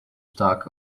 stack